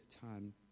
time